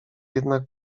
jednak